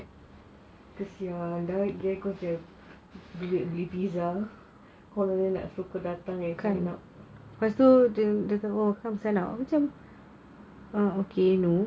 kan lepas tu dia cakap macam kind of um okay no